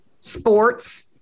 sports